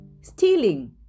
stealing